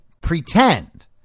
pretend